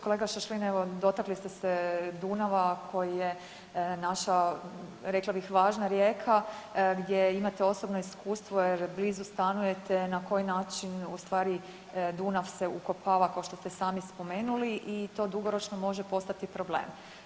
Kolega Šašlin evo dotakli ste se Dunava koji je naša rekla bih važna rijeka gdje imate osobno iskustvo jer blizu stanujete na koji način ustvari Dunav se ukopava kao što ste i sami spomenuli i to dugoročno može postati problem.